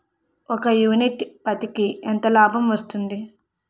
ఒక యూనిట్ పత్తికి ఎంత లాభం వస్తుంది?